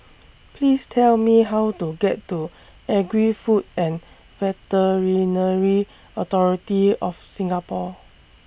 Please Tell Me How to get to Agri Food and Veterinary Authority of Singapore